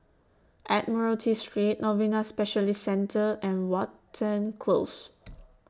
Admiralty Street Novena Specialist Centre and Watten Close